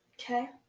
Okay